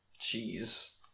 Jeez